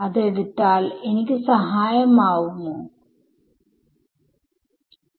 ഇപ്പോൾ ഇത് മനസ്സിലായി എന്ന് വിചാരിക്കുന്നു